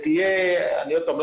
עוד פעם,